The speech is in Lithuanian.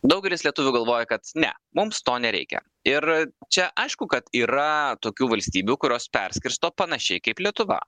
daugelis lietuvių galvoja kad ne mums to nereikia ir čia aišku kad yra tokių valstybių kurios perskirsto panašiai kaip lietuva